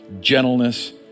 gentleness